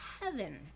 heaven